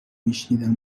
میشنیدم